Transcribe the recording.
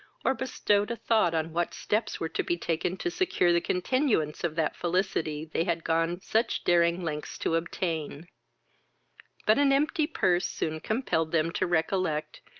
or bestowed a thought on what steps were to be taken to secure the continuance of that felicity they had gone such daring lengths to obtain but an empty purse soon compelled them to recollect,